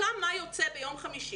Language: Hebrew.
סוכם מה יוצא ביום חמישי.